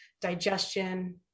digestion